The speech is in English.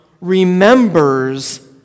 remembers